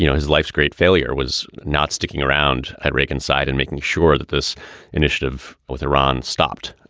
you know his life's great failure was not sticking around at reagan's side and making sure that this initiative with iran stopped.